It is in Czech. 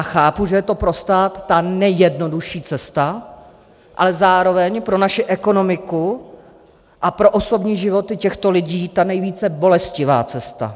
Chápu, že je to pro stát ta nejjednodušší cesta, ale zároveň pro naši ekonomiku a pro osobní životy těchto lidí ta nejvíce bolestivá cesta.